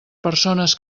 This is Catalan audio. persones